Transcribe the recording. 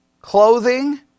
clothing